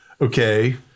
okay